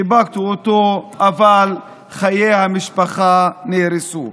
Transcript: חיבקתי אותו, אבל חיי המשפחה נהרסו.